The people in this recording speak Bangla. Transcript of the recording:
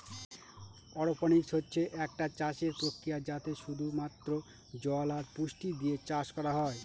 অরপনিক্স হচ্ছে একটা চাষের প্রক্রিয়া যাতে শুধু মাত্র জল আর পুষ্টি দিয়ে চাষ করা হয়